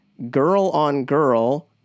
girl-on-girl